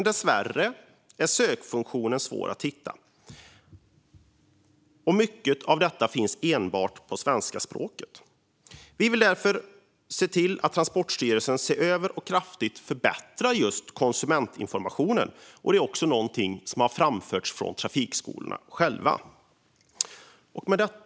Dessvärre är sökfunktionen svår att hitta, och mycket av detta finns enbart på svenska språket. Vi vill därför se till att Transportstyrelsen ser över och kraftigt förbättrar just konsumentinformationen. Det är också någonting som har framförts från trafikskolorna själva.